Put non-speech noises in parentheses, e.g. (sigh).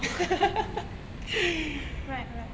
(laughs) right right